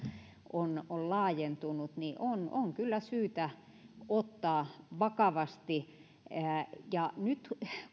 on on laajentunut on kyllä syytä ottaa vakavasti nyt